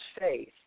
faith